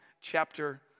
chapter